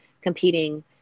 competing